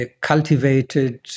cultivated